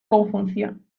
conjunción